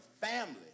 family